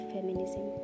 Feminism